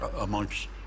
amongst